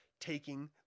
taking